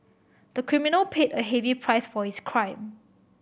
the criminal paid a heavy price for his crime